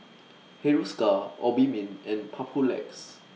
Hiruscar Obimin and Papulex